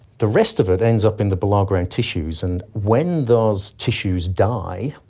the rest of it ends up in the below-ground tissues, and when those tissues die,